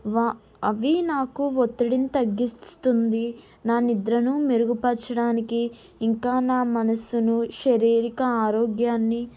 వా అవి నాకు ఒత్తిడిని తగ్గిస్తుంది నా నిద్రను మెరుగుపరచడానికి ఇంకా నా మనస్సును శరిరిక ఆరోగ్యాన్ని